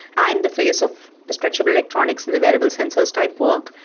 i'm the face of the stretchable electronics and the variable sensors type work,